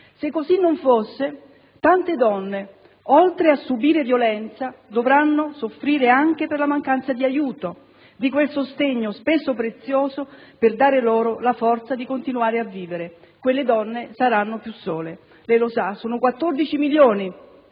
Se così non fosse, tante donne, oltre a subire violenza, dovranno soffrire anche per la mancanza di aiuto e di quel sostegno spesso prezioso per dare loro la forza di continuare a vivere. Quelle donne saranno più sole e lei lo sa; le vittime sono 14 milioni